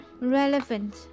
relevant